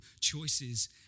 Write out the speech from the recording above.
choices